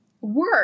work